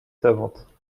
savantes